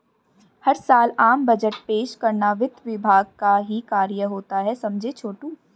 हर साल आम बजट पेश करना वित्त विभाग का ही कार्य होता है समझे छोटू